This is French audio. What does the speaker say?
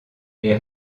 est